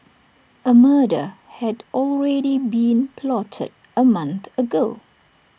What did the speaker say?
A murder had already been plotted A month ago